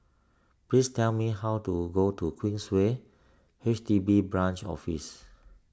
please tell me how to go to Queensway H D B Branch Office